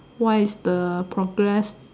what is the progress